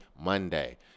Monday